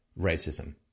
racism